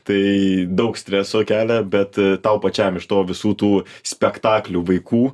tai daug streso kelia bet tau pačiam iš to visų tų spektaklių vaikų